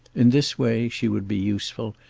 in this way she would be useful,